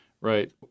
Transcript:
Right